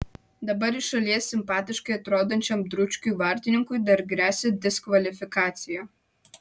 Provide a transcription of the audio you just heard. dabar iš šalies simpatiškai atrodančiam dručkiui vartininkui dar gresia diskvalifikacija